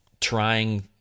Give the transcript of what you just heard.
trying